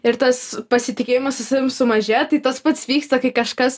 ir tas pasitikėjimas su savim sumažėja tai tas pats vyksta kai kažkas